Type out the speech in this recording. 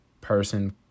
person